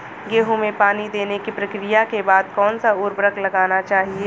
गेहूँ में पानी देने की प्रक्रिया के बाद कौन सा उर्वरक लगाना चाहिए?